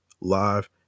live